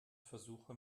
versuche